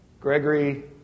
Gregory